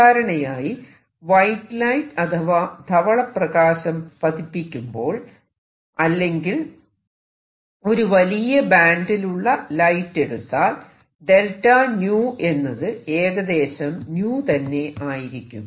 സാധാരണയായി white light അഥവാ ധവള പ്രകാശം പതിപ്പിക്കുമ്പോൾ അല്ലെങ്കിൽ ഒരു വലിയ ബാൻഡിലുള്ള ലൈറ്റ് എടുത്താൽ 𝚫𝞶 എന്നത് ഏകദേശം 𝞶 തന്നെ ആയിരിക്കും